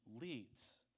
leads